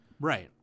Right